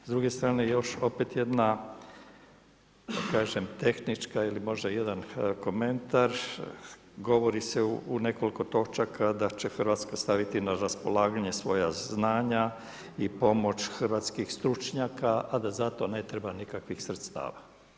S druge strane još opet jedna da kažem tehnička ili možda jedan komentar, govori se u nekoliko točaka da će Hrvatska staviti na raspolaganje svoja znanja i pomoć hrvatskih stručnjaka a da za to ne treba nikakvih sredstava.